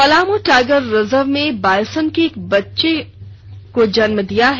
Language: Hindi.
पलामू टाइगर रिजर्व में बायसन ने एक बच्चे के जन्म दिया है